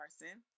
Carson